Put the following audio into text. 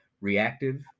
reactive